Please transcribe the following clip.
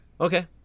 Okay